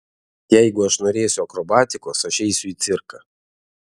jeigu aš norėsiu akrobatikos aš eisiu į cirką